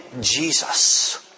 Jesus